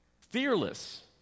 Fearless